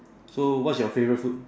so what's your favourite food